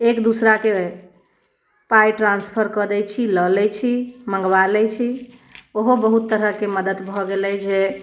एक दोसराकेँ पाइ ट्रांसफर कऽ दैत छी लऽ लैत छी मङ्गबा लैत छी ओहो बहुत तरहके मदद भऽ गेलै जे